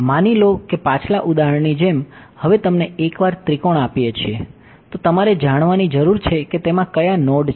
માની લો કે પાછલા ઉદાહરણની જેમ હવે તમને એકવાર ત્રિકોણ આપીએ છીએ તો તમારે જાણવાની જરૂર છે કે તેમાં કયા નોડ છે